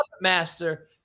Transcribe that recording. master